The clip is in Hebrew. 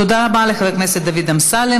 תודה רבה לחבר הכנסת דוד אמסלם.